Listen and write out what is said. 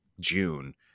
June